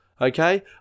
okay